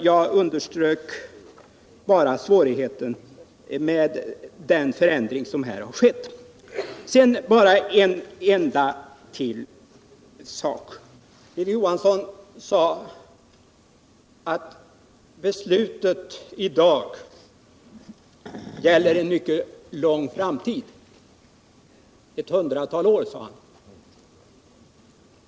Jag underströk bara svårigheten med den förändring som här har skett. Sedan bara en enda sak till. Hilding Johansson sade att beslutet i dag gäller för en mycket lång framtid — ett hundratal år, sade han.